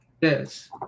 Yes